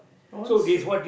nonsense